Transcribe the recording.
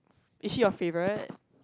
is she your favourite